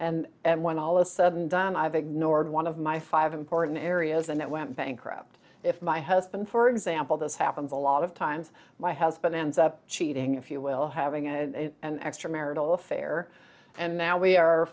language and when all a sudden don i've ignored one of my five important areas and that went bankrupt if my husband for example this happens a lot of times my husband ends up cheating if you will having and extramarital affair and now we are